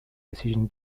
decision